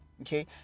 okay